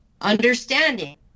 understanding